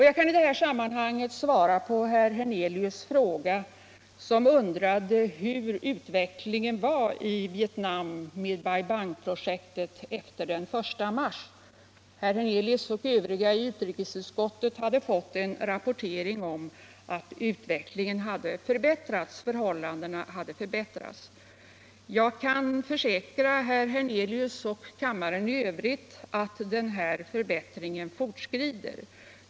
Jag kan i detta sammanhang svara herr Hernelius, som undrade hur Bai Bang-projektet i Vietnam utvecklats efter den I mars. Herr Hernelius och övriga ledamöter av utrikesutskottet hade fått en rapport om att förhållandena hade förbättrats. Jag kan försäkra herr Hernelius och kammaren i övrigt att denna förbättring fortskrider.